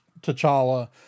T'Challa